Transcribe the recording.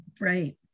right